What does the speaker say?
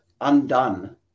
undone